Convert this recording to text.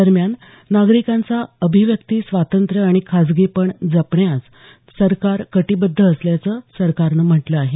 दरम्यान नागरिकांचा अभिव्यक्ती स्वातंत्र्य आणि खासगीपण जपण्यास कटिबद्ध असल्याचं सरकारनं म्हटलं आहे